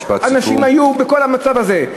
אנשים היו בכל המצב הזה.